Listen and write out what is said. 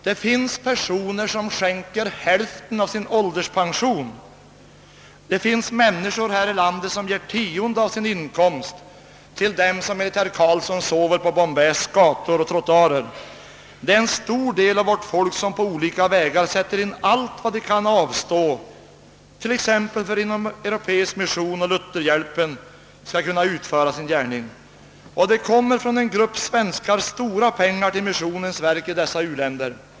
Det finns personer som skänker hälften av sin ålderspension och det finns människor som ger tionde av sin inkomst till dem som enligt herr Carlsson i Tyresö sover på Bombays gator och trottoarer. En stor del av vårt folk ger på olika vägar allt de kan avstå för att t.ex. Inomeuropeisk mission och Lutherhjälpen skall kunna utföra sin gärning. Från en grupp svenskar kommer stora pengar till missionens verk i u-länderna.